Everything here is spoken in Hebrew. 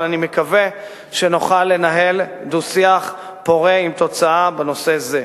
אבל אני מקווה שנוכל לנהל דו-שיח פורה עם תוצאה בנושא זה.